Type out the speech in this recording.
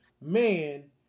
man